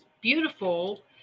beautiful